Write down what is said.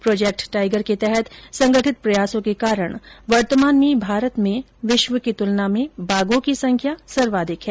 project tiger के तहत संगठित प्रयासों के कारण वर्तमान में भारत में विश्व की तुलना में बाघों की संख्या सर्वाधिक है